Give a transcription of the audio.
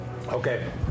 Okay